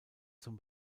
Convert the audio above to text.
zum